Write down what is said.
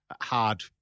hard